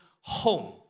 home